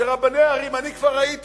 שרבני ערים, אני כבר ראיתי